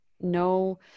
no